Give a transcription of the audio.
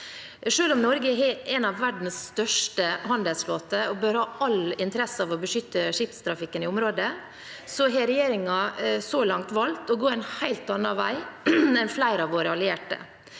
Selv om Norge har en av verdens største handelsflåter og bør ha all interesse av å beskytte skipstrafikken i området, har regjeringen så langt valgt å gå en helt annen vei enn flere av våre allierte.